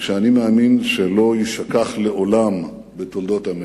ושאני מאמין שלא יישכח לעולם בתולדות עמנו,